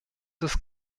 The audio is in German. ist